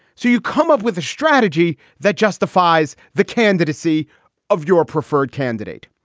so you come up with a strategy that justifies the candidacy of your preferred candidate.